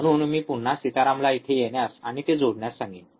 म्हणून मी पुन्हा सीतारामला येथे येण्यास आणि ते जोडण्यास सांगेन